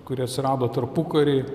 kuri atsirado tarpukary